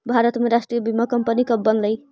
भारत में राष्ट्रीय बीमा कंपनी कब बनलइ?